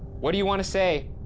what do you wanna say?